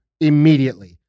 immediately